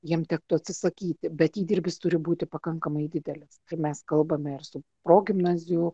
jiem tektų atsisakyti bet įdirbis turi būti pakankamai didelis tai mes kalbame ir su progimnazių